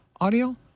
Audio